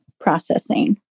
processing